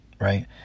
right